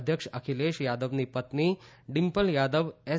અધ્યક્ષ અખિલેશ યાદવની પત્ની ડિમ્પલ યાદવ એસ